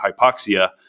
hypoxia